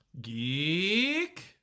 Geek